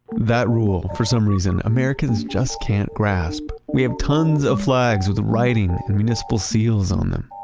that rule, for some reason, americans just can't grasp. we have tons of flags with writing and municipal seals on them,